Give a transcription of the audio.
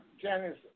Janice